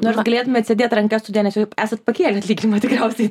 nosr galėtumėt sėdėt rankas sudėję nes jau esat pakėlę atlyginimą tikriausiai